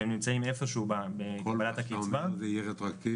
אתה אומר שזה יהיה רטרואקטיבית?